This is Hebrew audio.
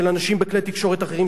של אנשים בכלי תקשורת אחרים,